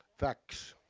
fax.